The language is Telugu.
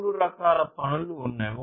మూడు రకాల పనులు ఉన్నాయి